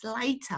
later